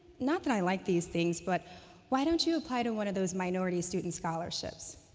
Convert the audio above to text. not that i like these things, but why don't you apply to one of those minority student scholarships?